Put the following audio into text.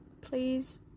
Please